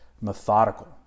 methodical